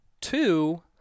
two